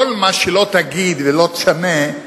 כל מה שלא תגיד ולא תשנה,